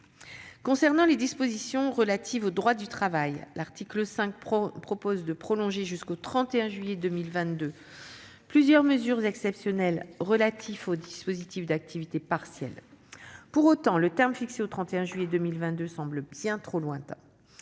Concernant les dispositions relatives au droit du travail, l'article 5 prévoit de prolonger jusqu'au 31 juillet 2022 plusieurs mesures exceptionnelles relatives au dispositif d'activité partielle. Ce terme nous a semblé bien trop lointain,